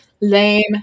lame